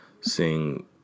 seeing